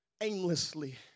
aimlessly